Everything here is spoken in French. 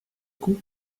coup